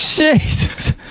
Jesus